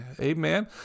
amen